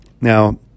Now